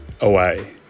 away